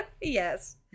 Yes